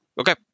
Okay